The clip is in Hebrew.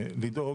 ולדאוג,